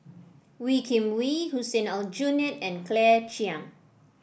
Wee Kim Wee Hussein Aljunied and Claire Chiang